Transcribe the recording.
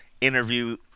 interview